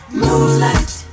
moonlight